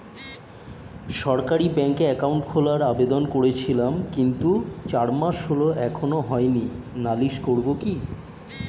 সরকারি ব্যাংকে একাউন্ট খোলার আবেদন করেছিলাম কিন্তু চার মাস হল এখনো হয়নি নালিশ করব কি?